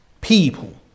people